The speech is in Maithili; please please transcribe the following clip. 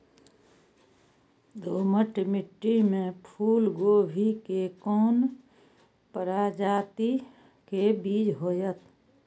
दोमट मिट्टी में फूल गोभी के कोन प्रजाति के बीज होयत?